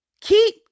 Keep